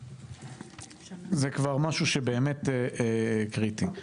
זה כבר משהו שבאמת קריטי.